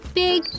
big